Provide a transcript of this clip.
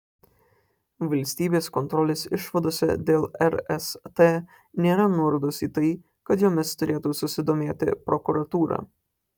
valstybės kontrolės išvadose dėl rst nėra nuorodos į tai kad jomis turėtų susidomėti prokuratūra